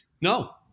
No